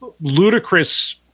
ludicrous